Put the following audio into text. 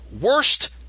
worst